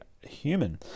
Human